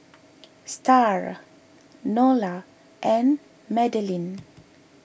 Starr Nola and Madilyn